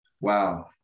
wow